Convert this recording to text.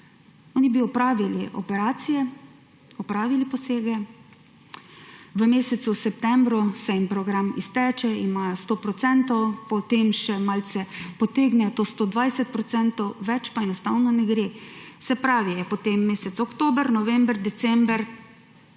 Oni bi opravili operacije, opravili posege, v mesecu septembru se jim program izteče, imajo 100 %, potem še malce potegnejo do 120 %, več pa enostavno ne gre. Potem je mesec oktober, november, december,